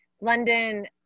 London